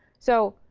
so